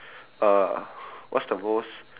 err what's the most